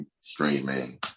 streaming